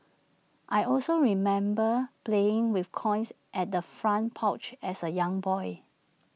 I also remember playing with coins at the front porch as A young boy